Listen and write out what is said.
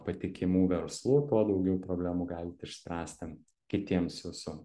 patikimų verslų tuo daugiau problemų galit išspręsti kitiems jūsų